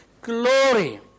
glory